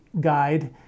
Guide